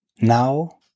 now